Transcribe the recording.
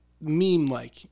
meme-like